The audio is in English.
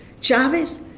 Chavez